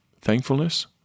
thankfulness